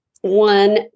one